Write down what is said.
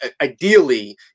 ideally